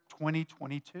2022